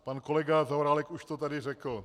Pan kolega Zaorálek už to tady řekl.